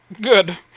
Good